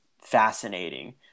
fascinating